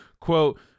quote